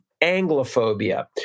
anglophobia